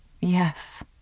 yes